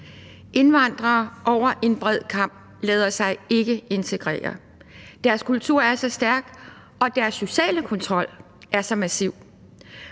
Indvandrere over en bred kam lader sig ikke integrere. Deres kultur er så stærk, og deres sociale kontrol er så massiv.